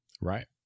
Right